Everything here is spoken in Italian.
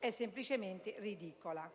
è semplicemente ridicola.